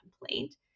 complaint